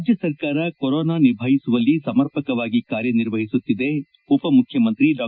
ರಾಜ್ಞ ಸರ್ಕಾರ ಕೊರೋನಾ ನಿಭಾಯಿಸುವಲ್ಲಿ ಸಮರ್ಪಕವಾಗಿ ಕಾರ್ಯನಿರ್ವಹಿಸಿದೆ ಉಪ ಮುಖ್ಯಮಂತ್ರಿ ಡಾ